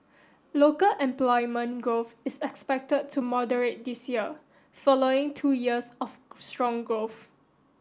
local employment growth is expected to moderate this year following two years of strong growth